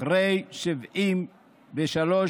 אחרי 73 שנים